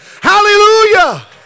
Hallelujah